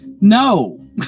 No